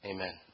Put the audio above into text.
Amen